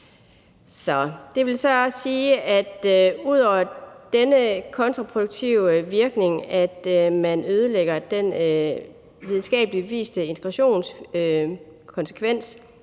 og muslimer. Ud over denne kontraproduktive virkning, at man ødelægger den videnskabeligt beviste integrationskonsekvens